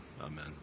Amen